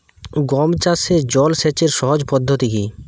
গম চাষে জল সেচের সহজ পদ্ধতি কি?